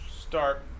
start